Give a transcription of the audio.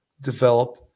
develop